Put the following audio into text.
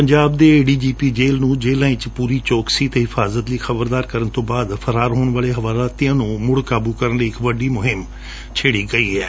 ਪੰਜਾਬ ਦੇ ADGP jail ਨੂੰ ਜੇਲੁਾਂ ਵਿਚ ਪੁਰੀ ਚੌਕਸੀ ਅਤੇ ਹਿਫਾਜਤ ਲਈ ਖਬਰਦਾਰ ਕਰਣ ਤੋਂ ਬਾਅਦ ਫਰਾਰ ਹੋਣ ਵਾਲੇ ਹਵਾਲਾਤੀਆਂ ਨੂੰ ਮੁੜ ਕਾਬੂ ਕਰਣ ਲਈ ਇਕ ਵੱਡੀ ਮੁਹਿਮ ਛੇੜੀ ਗਈ ਹੈ